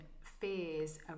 fears